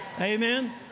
Amen